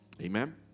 amen